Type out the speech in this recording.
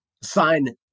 Sign